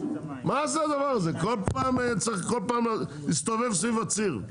צריך כל פעם להסתובב סביב הציר.